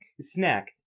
Snack